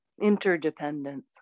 Interdependence